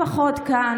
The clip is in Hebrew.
לפחות כאן,